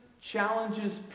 challenges